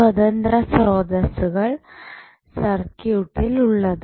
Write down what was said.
സ്വതന്ത്ര സ്രോതസ്സുകൾ സർക്യൂട്ടിൽ ഉള്ളത്